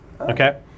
Okay